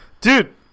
dude